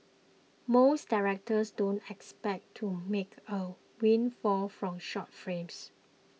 most directors don't expect to make a windfall from short frames